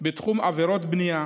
בתחום עבירות בנייה,